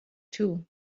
too